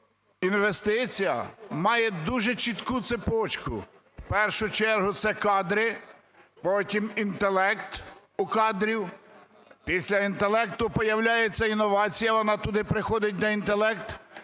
інвестиція має дуже чітку цепочку: в першу чергу – це кадри, потім – інтелект у кадрів, після інтелекту появляється інновація, вони туди приходить, де інтелект.